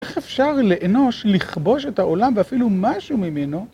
איך אפשר לאנוש לכבוש את העולם ואפילו משהו ממנו?